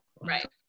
Right